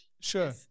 sure